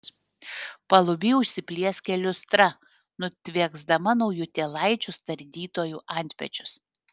paluby užsiplieskia liustra nutvieksdama naujutėlaičius tardytojų antpečius